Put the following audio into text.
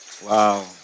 Wow